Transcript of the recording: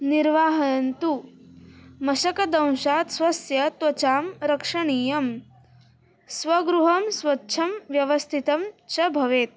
निर्वाहयन्तु मशकदंशात् स्वस्य त्वचां रक्षणीयं स्वगृहं स्वच्छं व्यवस्थितं च भवेत्